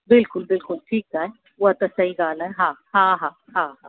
बिल्कुलु बिल्कुलु ठीकु आहे उहा त सही ॻाल्हि आहे हा हा हा हा